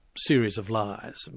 series of lies.